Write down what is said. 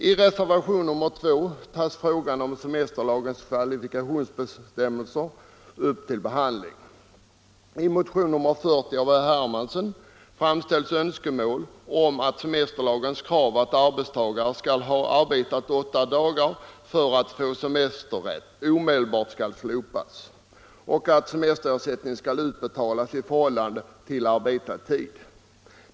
I reservationen 2 tas frågan om semesterlagens kvalifikationskrav upp till behandling. I motionen 40 av herr Hermansson m.fl. framställs önskemål om att semesterlagens krav på att arbetstagare skall ha arbetat åtta dagar för att få semesterrätt omedelbart skall slopas och att semesterersättningen skall utbetalas i förhållande till arbetad tid.